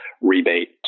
rebate